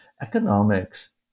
Economics